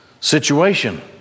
situation